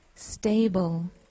stable